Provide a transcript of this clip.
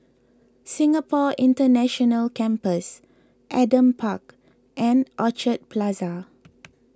Singapore International Campus Adam Park and Orchard Plaza